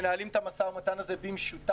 אנחנו מנהלים את המשא ומתן הזה במשותף.